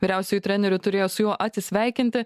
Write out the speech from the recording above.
vyriausiuoju treneriu turėjo su juo atsisveikinti